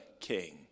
king